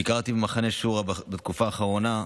ביקרתי במחנה שורה בתקופה האחרונה,